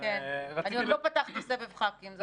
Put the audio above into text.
אני עוד לא פתחתי סבב ח"כים.